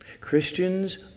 Christians